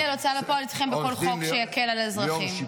אני בהוצאה לפועל בכל חוק שיקל על אזרחים.